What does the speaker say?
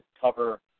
cover